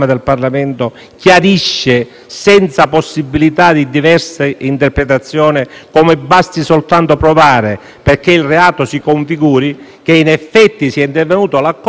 senza possibilità di diversa interpretazione, come basti soltanto provare, perché il reato si configuri, che in effetti sia intervenuto l'accordo tra il politico e i soggetti.